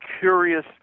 curious